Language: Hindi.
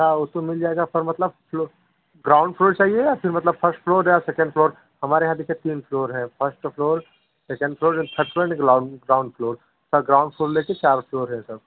हाँ उसमें मिल जाएगा पर मतलब ग्राउंड फ्लोर चाहिए या मतलब फिर फर्स्ट फ्लोर या सेकंड फ्लोर हम यहाँ देखिए तीन फ्लोर है first floor second floor third floor नहीं तो ग्राउंड फ्लोर लेकर चार फ्लोर हैं